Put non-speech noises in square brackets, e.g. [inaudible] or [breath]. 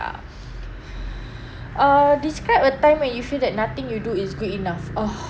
[breath] uh describe a time when you feel that nothing you do is good enough [noise]